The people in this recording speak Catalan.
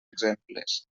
exemples